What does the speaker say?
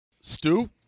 Stu